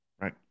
Right